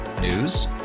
News